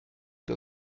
der